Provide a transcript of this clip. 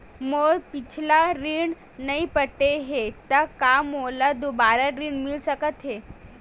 मोर पिछला ऋण नइ पटे हे त का मोला दुबारा ऋण मिल सकथे का?